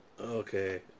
Okay